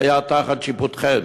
שהיה תחת שיפוטכם,